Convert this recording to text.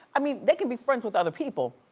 i mean, they can be friends with other people,